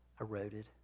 eroded